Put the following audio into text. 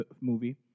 movie